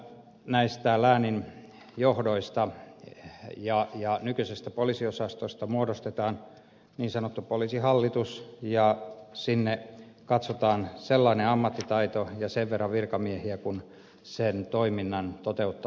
on myös hyvä että näistä läänin johdoista ja nykyisistä poliisiosastoista muodostetaan niin sanottu poliisihallitus ja sinne katsotaan sellainen ammattitaito ja sen verran virkamiehiä kuin sen toiminnan toteuttamiseen tarvitaan